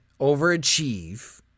overachieve